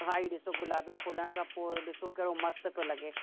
हा हीअ ॾिसो गुलाबी खोलण खां पोइ ॾिसो कहिड़ो मस्त पियो लॻे